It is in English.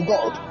God